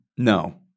No